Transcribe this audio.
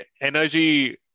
energy